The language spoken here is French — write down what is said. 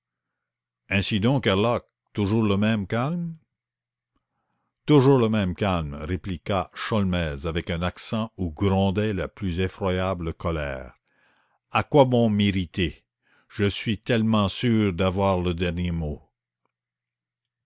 herlock toujours le même calme toujours le même calme répliqua sholmès avec un accent où grondait la plus effroyable colère à quoi bon m'irriter je suis tellement sûr d'avoir le dernier mot